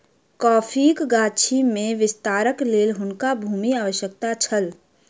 कॉफ़ीक गाछी में विस्तारक लेल हुनका भूमिक आवश्यकता छल